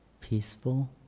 peaceful